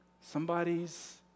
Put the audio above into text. Somebody's